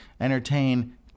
entertain